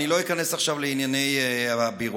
לא איכנס עכשיו לענייני הביורוקרטיה,